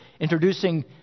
introducing